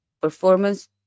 performance